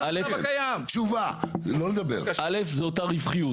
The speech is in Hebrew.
זו אותה רווחיות.